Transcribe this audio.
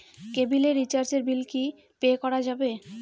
কেবিলের রিচার্জের বিল কি পে করা যাবে?